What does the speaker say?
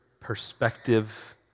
perspective